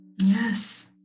Yes